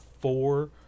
four